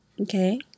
okay